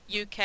uk